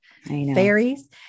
fairies